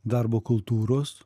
darbo kultūros